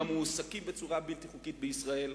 המועסקים בצורה בלתי חוקית בישראל.